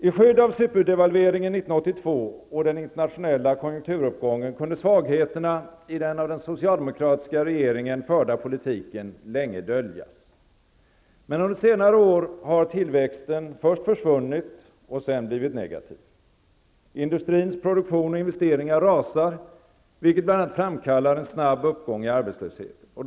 I skydd av superdevalveringen 1982 och den internationella konjunkturuppgången kunde svagheterna i den av den socialdemokratiska regeringen förda politiken länge döljas. Men under senare år har tillväxten först försvunnit och sedan blivit negativ. Industrins produktion och investeringar rasar, vilket bl.a. framkallar en snabb uppgång i arbetslösheten.